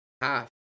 half